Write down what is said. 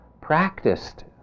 practiced